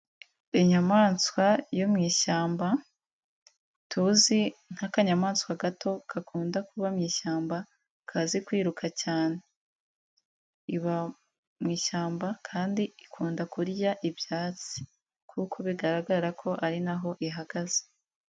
Inyamaswa yo mu ishyamba tuzi nk'akanyamaswa gato ka kuba mu ishyamba, kazi kwiruka cyane, iba mu ishyamba kandi ikunda kurya ibyatsi kuko bigaragara ko ari naho ihagaze.